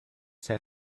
set